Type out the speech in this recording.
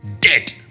Dead